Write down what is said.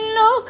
no